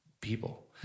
people